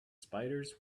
spiders